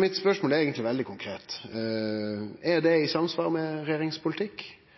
Mitt spørsmål er eigentleg veldig konkret: Er det